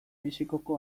mexikoko